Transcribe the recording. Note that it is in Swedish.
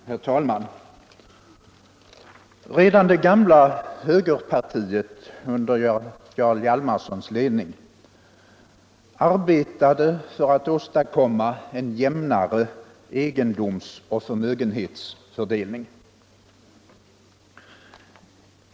Herr talman! Redan det gamla högerpartiet under Jarl Hjalmarsons ledning arbetade för att åstadkomma en jämnare egendomsoch förmögenhetsfördelning.